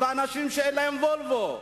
אנשים שאין להם "וולבו".